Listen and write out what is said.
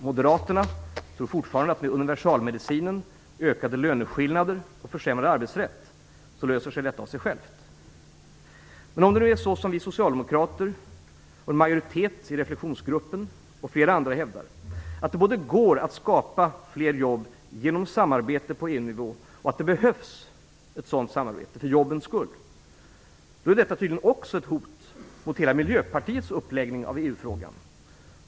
Moderaterna tror fortfarande att med universalmedicinen ökade löneskillnader och försämrad arbetsrätt löser sig detta av sig självt. Men om det nu är så som vi socialdemokrater, en majoritet i Reflexionsgruppen och flera andra hävdar - att det går att skapa fler jobb genom samarbete på EU-nivå och att det behövs ett sådant samarbete för jobbens skull - är detta tydligen också ett hot mot hela Miljöpartiets uppläggning av EU-frågan.